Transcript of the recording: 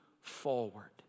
forward